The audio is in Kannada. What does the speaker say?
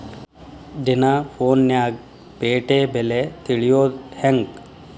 ದಿನಾ ಫೋನ್ಯಾಗ್ ಪೇಟೆ ಬೆಲೆ ತಿಳಿಯೋದ್ ಹೆಂಗ್?